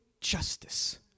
justice